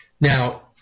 Now